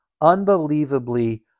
unbelievably